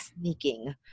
sneaking